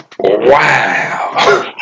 Wow